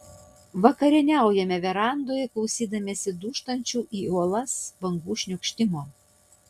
vakarieniaujame verandoje klausydamiesi dūžtančių į uolas bangų šniokštimo